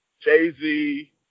Jay-Z